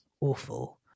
awful